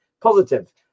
positive